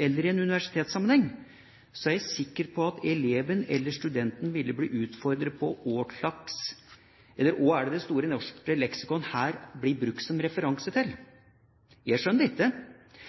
eller i en universitetssammenheng, er jeg sikker på at eleven eller studenten ville blitt utfordret på hva det er Store norske leksikon her blir brukt som referanse til. Jeg skjønner det ikke.